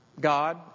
God